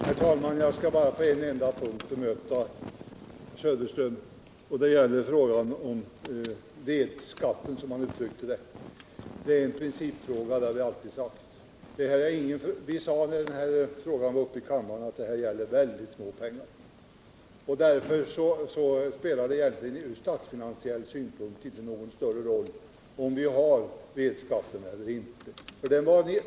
Herr talman! Jag skall bara på en enda punkt bemöta Kurt Söderström. Det gäller frågan om vedskatten, som han uttryckte det. Detta är en principfråga — det har vi alltid hävdat. När frågan senast var uppe i kammaren sade vi att det gällde ytterst litet pengar. Därför spelar det från statsfinansiell synpunkt egentligen inte någon större roll om vi har vedskatt eller inte.